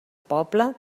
poble